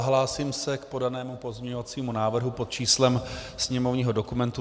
Hlásím se k podanému pozměňovacímu návrhu pod číslem sněmovního dokumentu 3404.